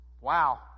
wow